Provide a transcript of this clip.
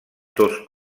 dos